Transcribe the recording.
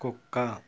కుక్క